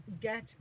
get